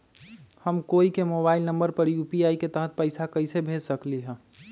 हम कोई के मोबाइल नंबर पर यू.पी.आई के तहत पईसा कईसे भेज सकली ह?